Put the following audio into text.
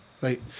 right